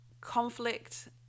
conflict